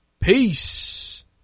Peace